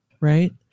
right